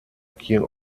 quien